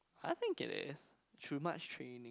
I think it is through much training